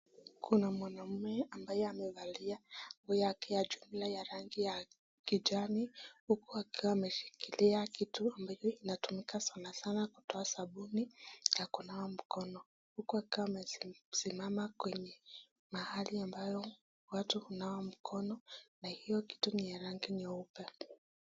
Kuna mwanaume ambaye amevalia nguo yake ya jumla ya rangi ya kijani huku akiwa ameshikilia kitu inatumika sanasana kutoa sabuni ya kunawa mkono. Huku akiwa amesimama kwenye mahali ambayo watu hunawa mkono na hiyo kitu ni ya rangi nyeupe.